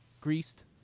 Greased